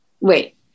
Wait